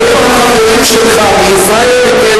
אז אני אומר לך שאם החברים שלך מישראל ביתנו,